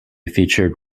featured